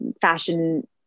fashion